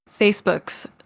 Facebook's